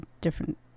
different